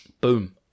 boom